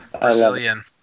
Brazilian